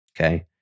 Okay